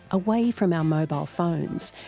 away from our mobile phones,